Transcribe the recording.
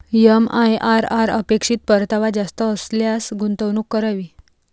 MIRR अपेक्षित परतावा जास्त असल्यास गुंतवणूक करावी